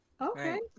Okay